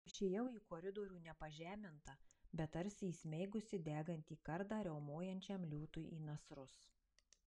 išėjau į koridorių ne pažeminta bet tarsi įsmeigusi degantį kardą riaumojančiam liūtui į nasrus